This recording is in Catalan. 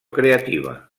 creativa